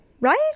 right